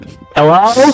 Hello